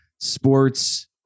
sports